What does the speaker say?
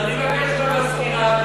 אז אני מבקש מהמזכירה.